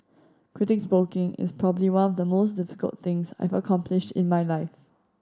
quitting smoking is probably one of the most difficult things I've accomplished in my life